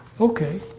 Okay